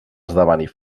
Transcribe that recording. esdevenir